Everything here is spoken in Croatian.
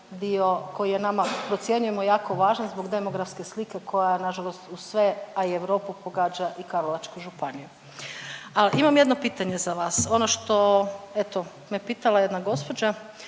dio koji je nama procjenjujemo jako važan zbog demografske slike koja nažalost uz sve, a i Europu pogađa i Karlovačku županiju. Al imam jedno pitanje za vas. Ono što eto me pitala jedna gospođa,